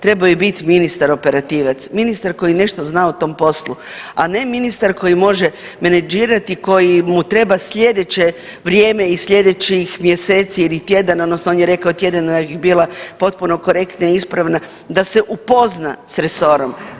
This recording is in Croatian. Trebao je bit ministar operativac, ministar koji nešto zna o tom poslu, a ne ministar koji može menadžirati i koji mu treba sljedeće vrijeme i sljedećih mjeseci ili tjedana odnosno on je rekao tjedana, ja bih bila potpuno korektna ispravna, da se upozna s resorom.